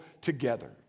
together